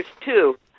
two